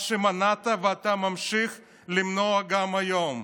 מה שמנעת ושאתה ממשיך למנוע גם היום,